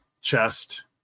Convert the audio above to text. chest